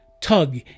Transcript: tug